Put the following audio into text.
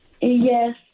Yes